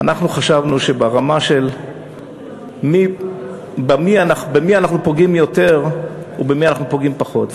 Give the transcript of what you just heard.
אנחנו חשבנו ברמה של במי אנחנו פוגעים יותר ובמי אנחנו פוגעים פחות.